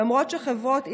למרות שחברות אינטרנט,